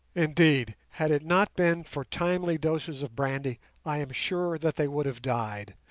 indeed, had it not been for timely doses of brandy i am sure that they would have died,